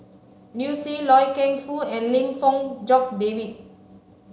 Liu Si Loy Keng Foo and Lim Fong Jock David